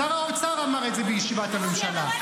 שר האוצר אמר את זה בישיבת הממשלה.